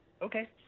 Okay